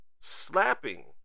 slapping